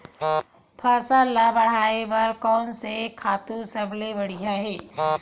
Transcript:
फसल ला बढ़ाए बर कोन से खातु सबले बढ़िया हे?